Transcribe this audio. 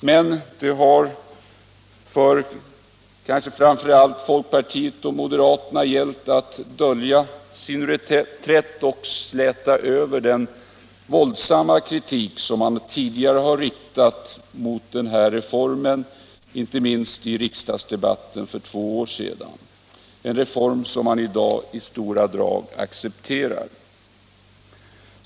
Men det har ju, kanske framför allt för folkpartiet och moderaterna, gällt att dölja reträtten och släta över den våldsamma kritik som de tidigare riktat mot den här reformen, inte minst i riksdagsdebatten för två år sedan — en reform som man i dag i stora drag accepterar.